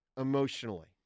emotionally